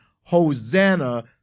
Hosanna